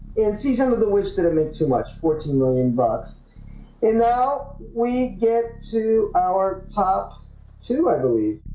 and season of the witch did it make too much fourteen million bucks and now we get to our top two i believe